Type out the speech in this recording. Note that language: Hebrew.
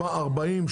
40,